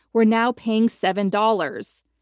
we're now paying seven dollars.